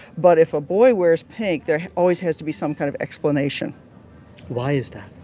but if a boy wears pink, there always has to be some kind of explanation why is that?